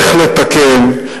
איך לתקן,